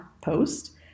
post